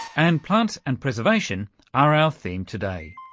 and plants and preservation are our theme today.